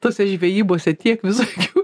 tose žvejybose tiek visokių